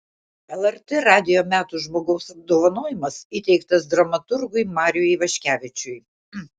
lrt radijo metų žmogaus apdovanojimas įteiktas dramaturgui mariui ivaškevičiui